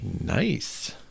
Nice